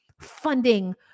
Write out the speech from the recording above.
funding